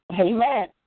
Amen